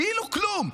כאילו כלום.